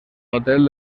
hotel